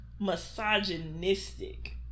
misogynistic